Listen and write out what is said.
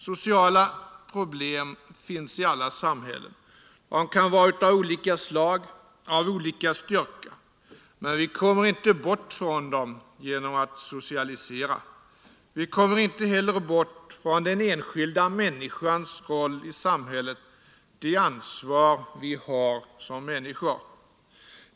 Sociala problem finns i alla samhällen; de kan vara av olika slag, av olika styrka. Men vi kommer inte bort från dem genom att socialisera. Vi kommer inte heller bort från den enskilda människans roll i samhället, det ansvar vi har som människor.